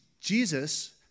Jesus